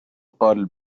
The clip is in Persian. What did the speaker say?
قال